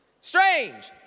Strange